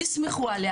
תסמכו עליה.